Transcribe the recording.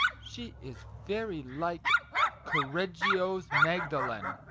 she is very like correggio's magdalen,